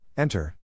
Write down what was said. Enter